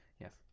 Yes